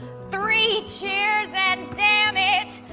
three cheers and damn it,